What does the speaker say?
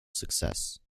success